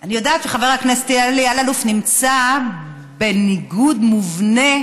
אני יודעת שחבר הכנסת אלי אלאלוף נמצא בניגוד מובנה.